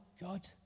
God